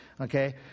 okay